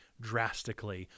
drastically